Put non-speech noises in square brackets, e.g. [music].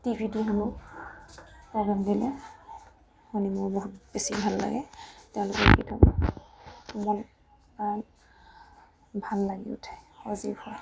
[unintelligible]